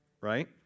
right